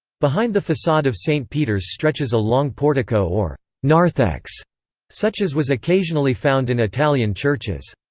behind the facade of st. peter's stretches a long portico or narthex such as was occasionally found in italian churches.